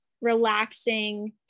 relaxing